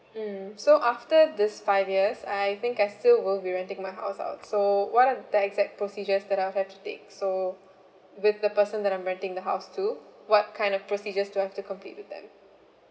mm so after this five years I think I still will be renting my house out so what are the exact procedures that I'll have to take so with the person that I'm renting the house to what kind of procedures do I've to complete with them